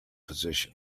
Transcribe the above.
position